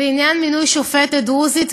בעניין מינוי שופטת דרוזית,